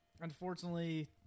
unfortunately